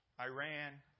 Iran